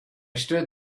stood